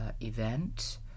event